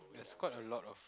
there's quite a lot of